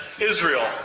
Israel